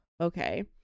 okay